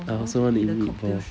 I also want to eat meatball